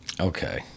Okay